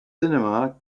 cinema